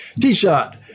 T-Shot